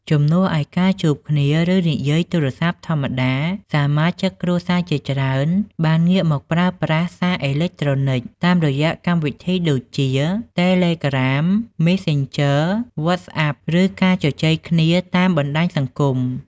ជំនួសឲ្យការជួបគ្នា ឬនិយាយទូរស័ព្ទធម្មតា សមាជិកគ្រួសារជាច្រើនបានងាកមកប្រើប្រាស់ សារអេឡិចត្រូនិច តាមរយៈកម្មវិធីដូចជា Telegram, Messenger, WhatsApp ឬការជជែកគ្នាតាម បណ្តាញសង្គម។